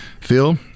Phil